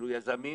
יזמים